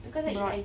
broad